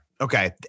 Okay